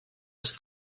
els